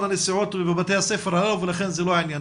הנסיעות לבתי הספר האלו ולכן זה לא העניין.